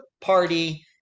party